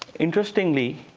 interestingly,